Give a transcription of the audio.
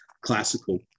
classical